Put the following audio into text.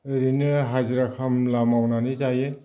ओरैनो हाजिरा खामला मावनानै जायो